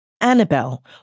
Annabelle